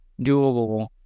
doable